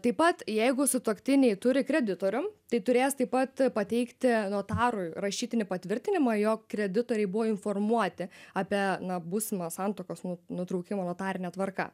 taip pat jeigu sutuoktiniai turi kreditorių tai turės taip pat pateikti notarui rašytinį patvirtinimą jog kreditoriai buvo informuoti apie na būsimą santuokos nutraukimą notarine tvarka